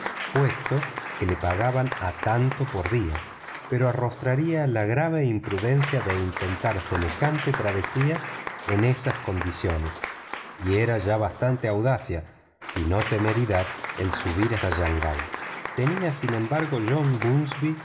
puesto que le pagaban a tanto por día pero arrostraría la grave imprudencia de intentar semejante travesía en esas condiciones y era ya bastante audacia si no temeridad el subir hasta shangai tenía sin embargo john bunsby